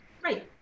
great